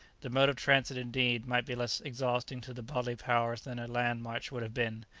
the mode of transit indeed might be less exhausting to the bodily powers than a land march would have been,